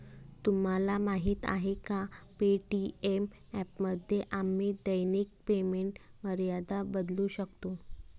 तुम्हाला माहीत आहे का पे.टी.एम ॲपमध्ये आम्ही दैनिक पेमेंट मर्यादा बदलू शकतो?